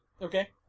Okay